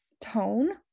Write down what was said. tone